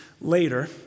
later